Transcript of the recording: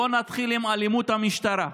בוא נתחיל עם אלימות המשטרה.